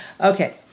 Okay